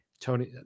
Tony